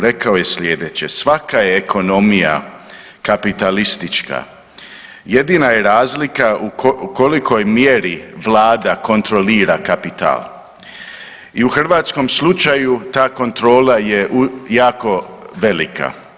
Rekao je slijedeće, svaka ekonomija je kapitalistička, jedina je razlika u kolikoj mjeri vlada kontrolira kapital i u hrvatskom slučaju ta kontrola je jako velika.